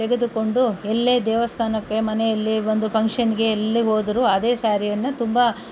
ತೆಗೆದುಕೊಂಡು ಎಲ್ಲೇ ದೇವಸ್ಥಾನಕ್ಕೆ ಮನೆಯಲ್ಲಿ ಒಂದು ಫಂಷನ್ಗೆ ಎಲ್ಲಿ ಹೋದರೂ ಅದೇ ಸ್ಯಾರಿಯನ್ನು ತುಂಬ